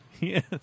Yes